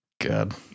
God